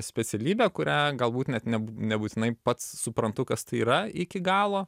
specialybę kurią galbūt net ne nebūtinai pats suprantu kas tai yra iki galo